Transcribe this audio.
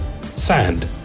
sand